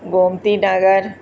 Gomti Nagar